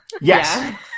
yes